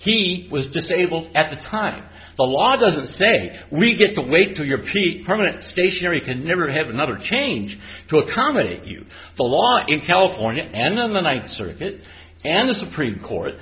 he was disabled at the time the law doesn't say we get to wait till your pete permanent stationery can never have another change to accommodate you the law in california and on the ninth circuit and the supreme court